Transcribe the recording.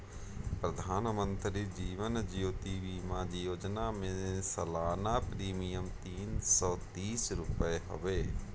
प्रधानमंत्री जीवन ज्योति बीमा योजना में सलाना प्रीमियम तीन सौ तीस रुपिया हवे